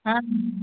ହଁ